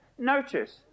Notice